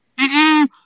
-mm